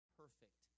perfect